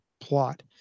plot